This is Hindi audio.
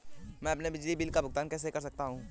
मैं अपने बिजली बिल का भुगतान कैसे कर सकता हूँ?